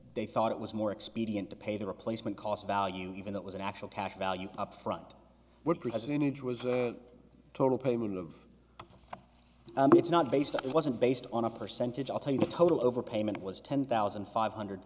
they thought it was more expedient to pay the replacement cost value even though it was an actual cash value up front were present in each was a total payment of it's not based on it wasn't based on a percentage i'll tell you the total overpayment was ten thousand five hundred